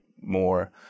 more